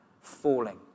falling